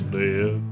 dead